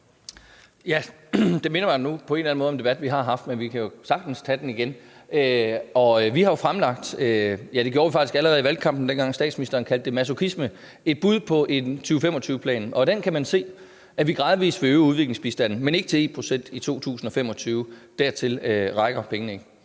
Ja, det minder mig nu på en eller anden måde om en debat, vi har haft, men vi kan jo sagtens tage den igen. Vi har jo fremlagt – det gjorde vi faktisk allerede i valgkampen, dengang statsministeren kaldte det masochisme – et bud på en 2025-plan, og af den kan man se, at vi gradvist vil øge udviklingsbistanden, men ikke til 1 pct. i 2025. Dertil rækker pengene ikke.